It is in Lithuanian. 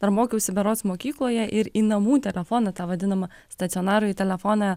dar mokiausi berods mokykloje ir į namų telefoną tą vadinamą stacionarųjį telefoną